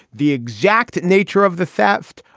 the exact nature of the theft.